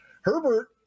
herbert